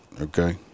okay